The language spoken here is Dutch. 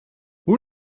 hoe